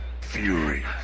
fury